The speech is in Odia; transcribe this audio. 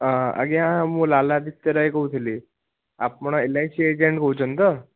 ହଁ ଆଜ୍ଞା ମୁଁ ଲାଲା ଆଦିତ୍ୟ ରାୟ କହୁଥିଲି ଆପଣ ଏଲ୍ ଆଇ ସି ଏଜେଣ୍ଟ୍ କହୁଛନ୍ତି ତ